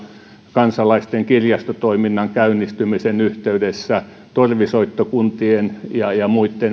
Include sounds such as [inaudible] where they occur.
kansalaisten kirjastotoiminnan käynnistymisen yhteydessä torvisoittokuntien ja ja muitten [unintelligible]